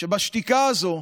שבשתיקה הזו,